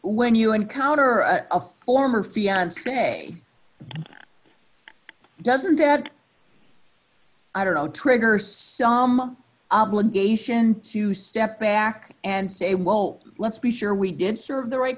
when you encounter a former fiance that doesn't dad i don't know trigger some obligation to step back and say well let's be sure we did serve the right